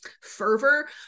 fervor